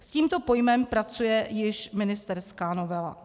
S tímto pojmem pracuje již ministerská novela.